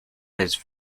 his